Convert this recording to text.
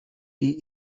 die